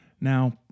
Now